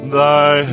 thy